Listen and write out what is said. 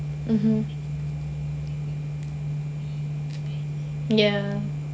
mmhmm ya